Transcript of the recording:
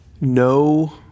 no